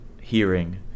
hearing